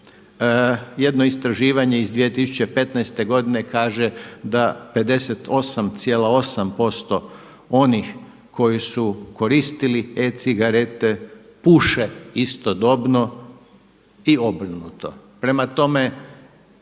jedno istraživanje iz 2015. godine kaže da 58,8% onih koji su koristili e-cigarete puše istodobno i obrnuto. Prema tome,